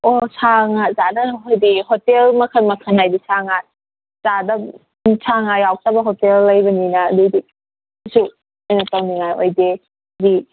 ꯑꯣ ꯁꯥ ꯉꯥ ꯆꯥꯗꯕ ꯃꯈꯩꯗꯤ ꯍꯣꯇꯦꯜ ꯃꯈꯜ ꯃꯈꯜ ꯍꯥꯏꯕꯗꯤ ꯁꯥ ꯉꯥ ꯆꯥꯗꯕ ꯁꯥ ꯉꯥ ꯌꯥꯎꯗꯕ ꯍꯣꯇꯦꯜ ꯂꯩꯕꯅꯤꯅ ꯑꯗꯨꯗꯤ ꯀꯩꯁꯨ ꯀꯩꯅꯣ ꯇꯧꯅꯤꯉꯥꯏ ꯑꯣꯏꯗꯦ ꯍꯥꯏꯕꯗꯤ